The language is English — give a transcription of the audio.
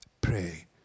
pray